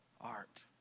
art